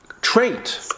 trait